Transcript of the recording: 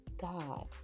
God